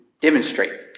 demonstrate